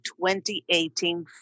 2018